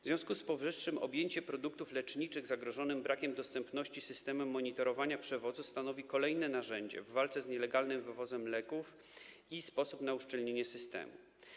W związku z powyższym objęcie produktów leczniczych zagrożonych brakiem dostępności systemem monitorowania przewozu stanowi kolejne narzędzie w walce z nielegalnym wywozem leków i sposób na uszczelnienie systemu.